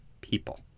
people